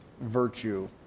virtue